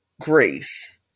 grace